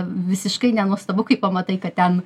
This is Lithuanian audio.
visiškai nenuostabu kai pamatai kad ten